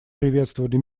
приветствовали